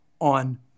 on